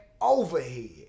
overhead